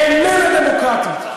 איננה דמוקרטית.